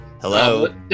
Hello